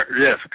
Yes